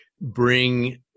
bring